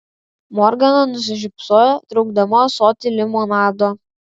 morgana nusišypsojo traukdama ąsotį limonado